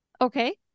Okay